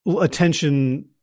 attention